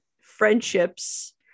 friendships